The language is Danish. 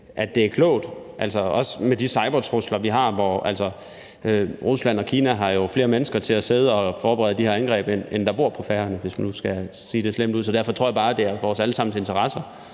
alligevel stadig, også med de cybertrusler, vi har – Rusland og Kina har jo flere mennesker til at sidde og forberede de her angreb, end der bor på Færøerne, hvis man nu skal sige det lige ud – at det er klogt og i vores fælles interesse,